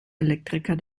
elektriker